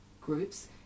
groups